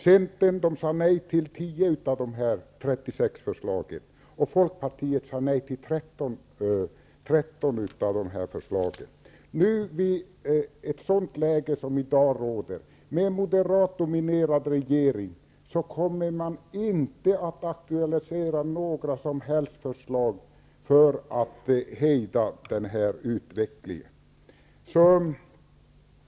Centern sade nej till 10 av de 36 förslagen, och Folkpartiet sade nej till 13 av dem. I ett sådant läge som vi har i dag, med en moderatdominerad regering, kommer man inte att aktualisera några som helst förslag för att hejda den här utvecklingen.